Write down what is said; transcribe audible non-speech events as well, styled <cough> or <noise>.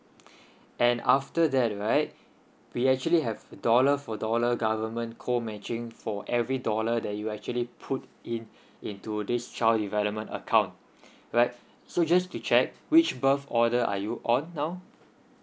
<breath> and after that right we actually have a dollar for dollar government co matching for every dollar that you actually put in into this child development account <breath> right so just to check which birth order are you on now